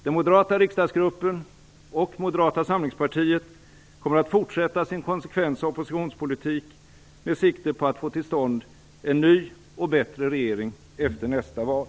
Den moderata riksdagsgruppen - och Moderata samlingspartiet - kommer att fortsätta sin konsekventa oppositionspolitik med sikte på att få till stånd en ny och bättre regering efter nästa val.